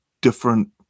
different